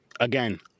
Again